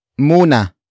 muna